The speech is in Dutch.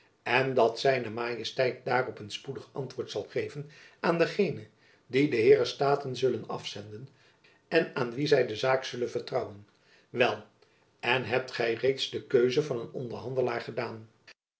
en dat zijne majesteit daarop een spoedig antwoord zal geven aan dengene dien de heeren staten zullen afzenden en aan wien zy de zaak zullen vertrouwen wel en hebt gy reeds de keuze van een onderhandelaar gedaan